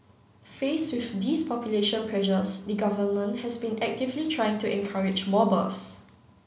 faced with these population pressures the Government has been actively trying to encourage more births